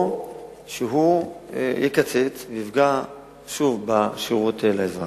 או שהוא יקצץ ויפגע שוב בשירות לאזרח.